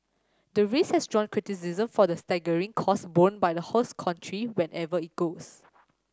the race has drawn criticism for the staggering costs borne by the host country wherever it goes